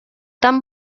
tan